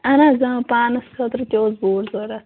اَہَن حظ آ پانَس خٲطرٕ تہِ اوس بوٗٹھ ضرورَت